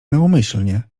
naumyślnie